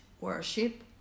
worship